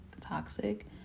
toxic